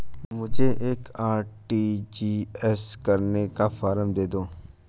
मुझे एक आर.टी.जी.एस करने का फारम दे दो?